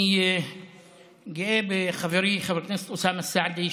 אני גאה בחברי חבר הכנסת אוסאמה סעדי,